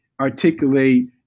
articulate